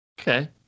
Okay